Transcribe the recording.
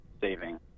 saving